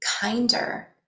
kinder